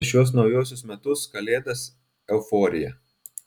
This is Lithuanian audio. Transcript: prieš šiuos naujuosius metus kalėdas euforija